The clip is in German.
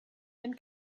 wenn